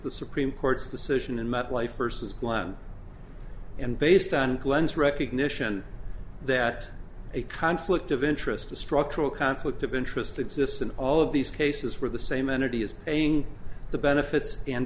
the supreme court's decision in met life versus glenn and based on glenn's recognition that a conflict of interest a structural conflict of interest exists in all of these cases where the same entity is paying the benefits and